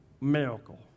miracle